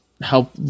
help